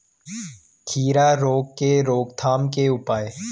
खीरा रोग के रोकथाम के उपाय?